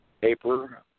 paper